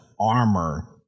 armor